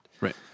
Right